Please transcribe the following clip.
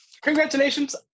Congratulations